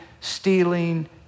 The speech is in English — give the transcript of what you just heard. stealing